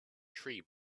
tree